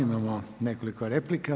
Imamo nekoliko replika.